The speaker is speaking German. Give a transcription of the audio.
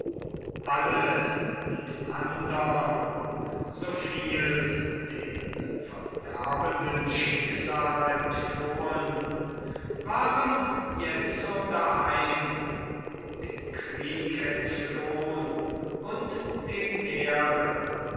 alle die andern soviel dem verderbenden schicksal entflohen waren jetzo daheim dem krieg entflohn und dem meere